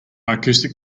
acoustic